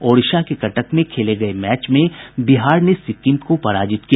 ओडिशा के कटक में खेले गये मैच में बिहार ने सिक्किम को पराजित किया